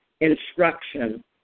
instruction